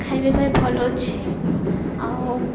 ଖାଇବା ପାଇଁ ଭଲ ଅଛି ଆଉ